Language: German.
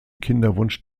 kinderwunsch